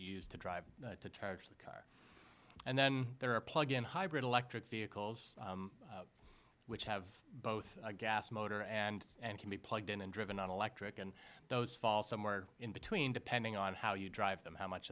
to drive to charge the car and then there are plug in hybrid electric vehicles which have both a gas motor and and can be plugged in and driven on electric and those fall somewhere in between depending on how you drive them how much